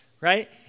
Right